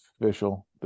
official